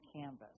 canvas